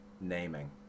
naming